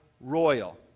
royal